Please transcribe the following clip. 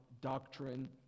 doctrine